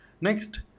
Next